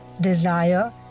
desire